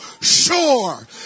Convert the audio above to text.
sure